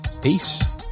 Peace